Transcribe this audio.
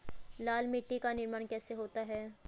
लाल मिट्टी का निर्माण कैसे होता है?